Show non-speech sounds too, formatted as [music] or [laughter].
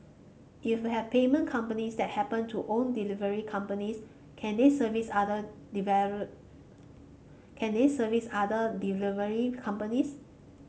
if you have payment companies that happen to own delivery companies can they service other [unintelligible] can they service other delivery companies